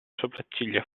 sopracciglia